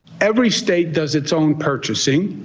every state does its own purchasing.